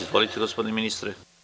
Izvolite, gospodine ministre.